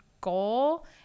goal